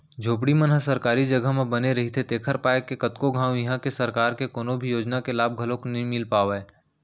झोपड़ी मन ह सरकारी जघा म बने रहिथे तेखर पाय के कतको घांव इहां के सरकार के कोनो भी योजना के लाभ घलोक नइ मिल पावय